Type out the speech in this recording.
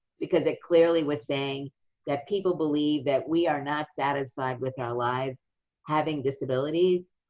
because it clearly was saying that people believe that we are not satisfied with our lives having disabilities.